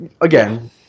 Again